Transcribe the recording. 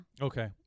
okay